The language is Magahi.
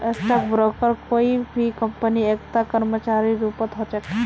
स्टाक ब्रोकर कोई भी कम्पनीत एकता कर्मचारीर रूपत ह छेक